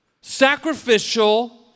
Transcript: sacrificial